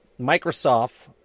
Microsoft